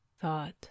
Thought